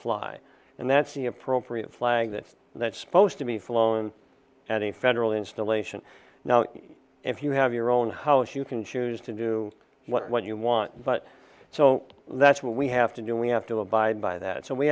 fly and that's the appropriate flag that that spose to be flown and the federal installation now if you have your own house you can choose to do what you want but so that's what we have to do we have to abide by that so we